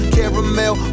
Caramel